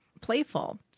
playful